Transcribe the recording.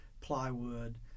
plywood